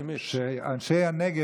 שאנשי הנגב,